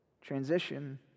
Transition